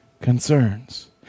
concerns